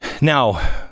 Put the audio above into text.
Now